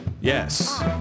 Yes